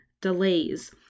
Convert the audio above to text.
delays